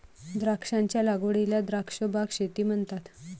द्राक्षांच्या लागवडीला द्राक्ष बाग शेती म्हणतात